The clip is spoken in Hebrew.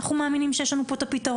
אנחנו מאמינים שיש לנו פה את הפתרון.